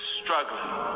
struggling